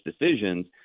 decisions